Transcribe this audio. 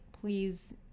please